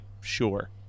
sure